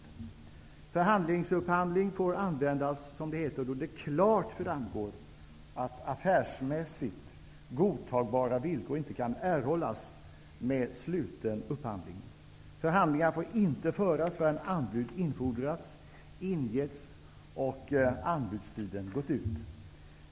Förhandlingsupphandling får användas, som det heter, då det klart framgår att affärsmässigt godtagbara villkor inte kan erhållas med sluten upphandling. Förhandlingar får inte föras förrän anbud infordrats, ingetts och anbudstiden gått ut.